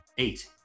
Eight